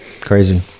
crazy